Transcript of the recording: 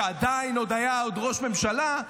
שעוד היה ראש ממשלה,